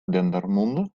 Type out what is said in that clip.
dendermonde